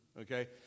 okay